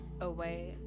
away